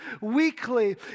weekly